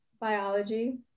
biology